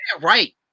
right